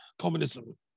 communism